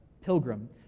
Pilgrim